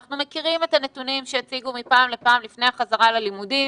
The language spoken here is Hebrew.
אנחנו מכירים את הנתונים שהציגו מפעם לפעם לפני החזרה ללימודים,